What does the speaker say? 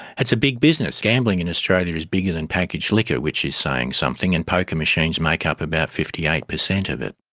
it's a big business. gambling in australia is bigger than packaged liquor, which is saying something, and poker machines make up about fifty eight percent of it.